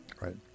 Right